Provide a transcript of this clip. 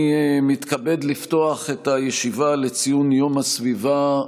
אני מתכבד לפתוח את הישיבה לציון יום הסביבה,